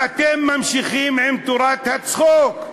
אתם ממשיכים עם תורת הצחוק.